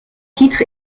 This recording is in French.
titre